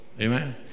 Amen